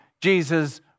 Jesus